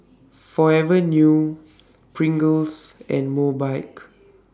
Forever New Pringles and Mobike